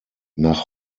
nach